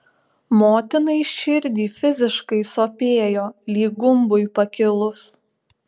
motinai širdį fiziškai sopėjo lyg gumbui pakilus